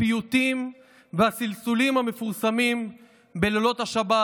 הפיוטים והסלסולים המפורסמים בלילות השבת